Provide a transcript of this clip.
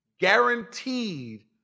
guaranteed